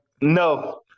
no